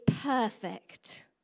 perfect